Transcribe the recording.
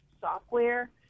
software